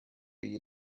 eat